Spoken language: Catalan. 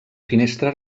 finestra